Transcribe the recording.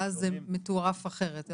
ואז זה מתוערף אחרת.